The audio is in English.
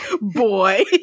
Boy